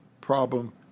problem